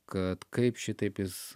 kad kaip šitaip jis